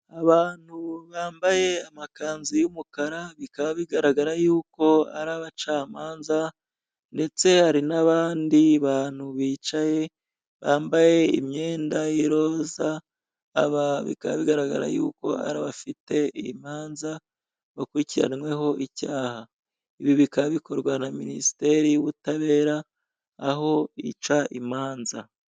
Abantu bambaye amakanzu y'umukara, bikaba bigaragara y'uko ari abacamanza, ndetse hari n'abandi bantu bicaye bambaye imyenda y'iroza, aba bikaba bigaragara yuko ari abafite imanza bakurikiranyweho icyaha, ibi bikaba bikorwa na Minisiteri y'ubutabera, aho ica imanza.